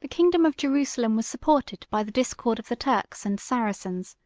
the kingdom of jerusalem was supported by the discord of the turks and saracens